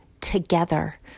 together